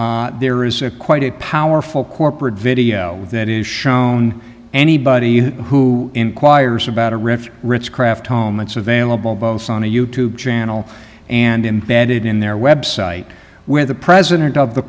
home there is a quite a powerful corporate video that is shown anybody who inquires about a rich rich craft home it's available both sun a youtube channel and embedded in their website where the president of the